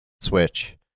Switch